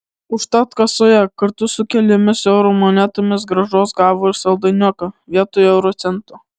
užtat kasoje kartu su keliomis eurų monetomis grąžos gavo ir saldainiuką vietoj euro cento